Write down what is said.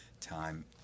time